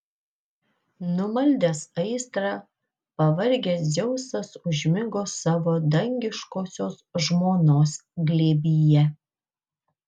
numaldęs aistrą pavargęs dzeusas užmigo savo dangiškosios žmonos glėbyje